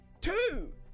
two